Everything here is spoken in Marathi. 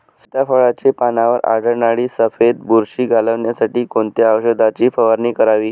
सीताफळाचे पानांवर आढळणारी सफेद बुरशी घालवण्यासाठी कोणत्या औषधांची फवारणी करावी?